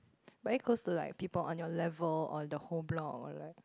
very close to like people on your level or the whole block or like